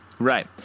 Right